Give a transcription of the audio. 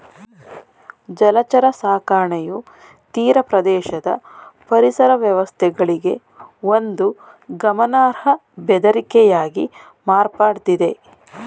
ಜಲಚರ ಸಾಕಣೆಯು ತೀರಪ್ರದೇಶದ ಪರಿಸರ ವ್ಯವಸ್ಥೆಗಳಿಗೆ ಒಂದು ಗಮನಾರ್ಹ ಬೆದರಿಕೆಯಾಗಿ ಮಾರ್ಪಡ್ತಿದೆ